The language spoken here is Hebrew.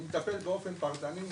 אני מטפל באופן פרטני,